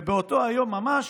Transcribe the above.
ובאותו היום ממש,